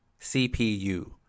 CPU